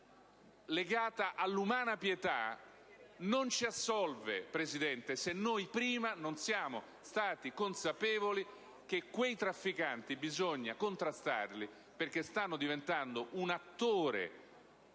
all'umana pietà non ci assolve, signor Presidente, se prima non siamo consapevoli che quei trafficanti bisogna contrastarli, perché stanno diventando un attore